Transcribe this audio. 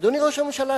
אדוני ראש הממשלה,